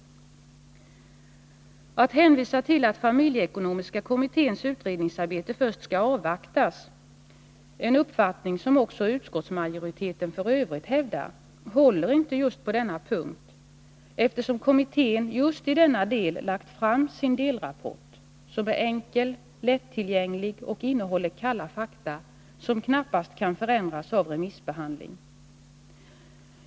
Att hänvisa till att familjeekonomiska kommitténs utredningsarbete först skall avvaktas — en uppfattning som också utskottsmajoriteten f. ö. hävdar — håller inte på denna punkt, eftersom kommittén just i denna del lagt fram sin delrapport, som är enkel och lättillgänglig och innehåller kalla fakta, vilka knappast kan förändras av en remissbehandling.